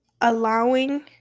allowing